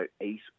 eight